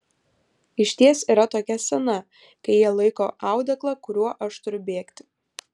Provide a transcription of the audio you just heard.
išties yra tokia scena kai jie laiko audeklą kuriuo aš turiu bėgti